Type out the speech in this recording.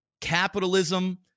capitalism